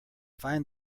find